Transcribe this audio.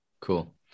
cool